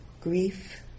grief